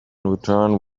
returned